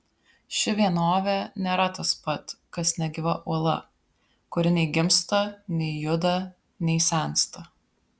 ši vienovė nėra tas pat kas negyva uola kuri nei gimsta nei juda nei sensta